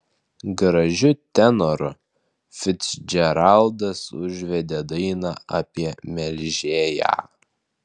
gražiu tenoru ficdžeraldas užvedė dainą apie melžėją